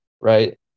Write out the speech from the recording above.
right